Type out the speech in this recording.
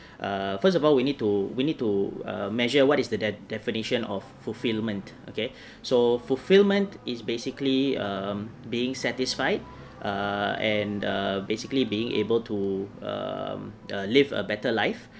err first of all we need to we need to err measure what is the de~ definition of fulfillment okay so fulfillment is basically um being satisfied err and err basically being able to um live a better life